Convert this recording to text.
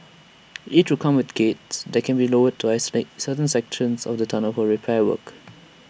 each will come with gates that can be lowered to isolate certain sections of the tunnels for repair works